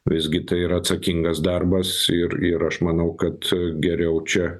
visgi tai yra atsakingas darbas ir ir aš manau kad geriau čia